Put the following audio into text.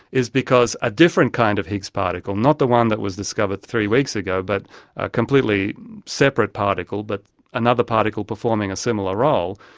is because a different kind of higgs particle, not the one that was discovered three weeks ago but a completely separate particle, but another particle performing a similar role,